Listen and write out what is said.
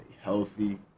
healthy